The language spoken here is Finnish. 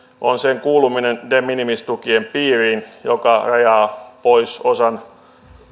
on sen kuuluminen de minimis tukien piiriin mikä rajaa pois osan